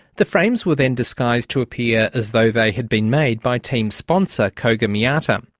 the frames were then disguised to appear as though they had been made by team sponsor, koga-miyata. um